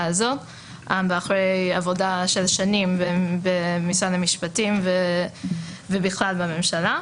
הזאת ואחרי עבודה של שנים במשרד המשפטים ובכלל בממשלה.